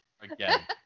again